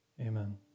Amen